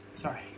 Sorry